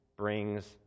brings